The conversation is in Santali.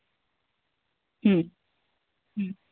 ᱦᱩᱸ ᱦᱩᱸ